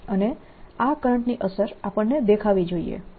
અને આ કરંટની અસર આપણને દેખાવી જોઈએ